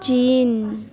चीन